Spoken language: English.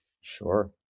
Sure